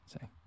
say